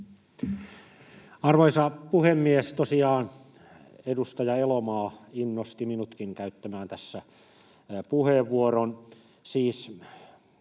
Arvoisa puhemies! Tosiaan edustaja Elomaa innosti minutkin käyttämään tässä puheenvuoron.